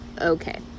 okay